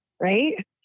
right